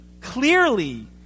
clearly